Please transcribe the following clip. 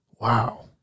Wow